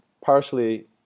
partially